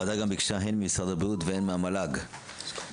הוועדה גם ביקשה ממשרד הבריאות ומהמל"ג לעשות